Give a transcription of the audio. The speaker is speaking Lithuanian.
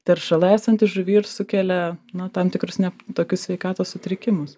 teršalai esantys žuvy ir sukelia tam tikrus ne tokius sveikatos sutrikimus